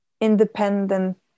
independent